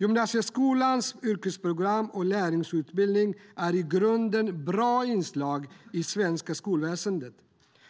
Gymnasieskolans yrkesprogram och lärlingsutbildning är i grunden bra inslag i det svenska skolväsendet.